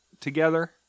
together